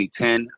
2010